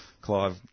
Clive